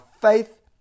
faith